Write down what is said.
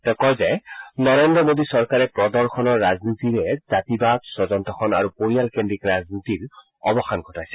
তেওঁ কয় যে নৰেন্দ্ৰ মোডী চৰকাৰে প্ৰদৰ্শনৰ ৰাজনীতিৰে জাতিবাদ স্বজন তোষণ আৰু পৰিয়ালকেন্দ্ৰীক ৰাজনীতিৰ অৱসান ঘটাইছে